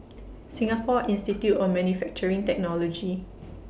Singapore Institute of Manufacturing Technology